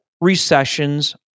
recessions